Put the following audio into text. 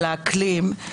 על האקלים,